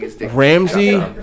Ramsey